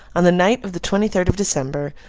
on the night of the twenty-third of december,